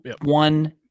one